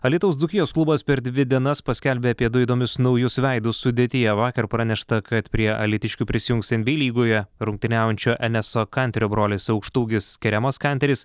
alytaus dzūkijos klubas per dvi dienas paskelbė apie du įdomius naujus veidus sudėtyje vakar pranešta kad prie alytiškių prisijungs nba lygoje rungtyniaujančio eneso kanterio brolis aukštaūgis keremas kanteris